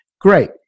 Great